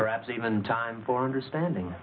perhaps even time for understanding